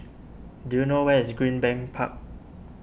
do you know where is Greenbank Park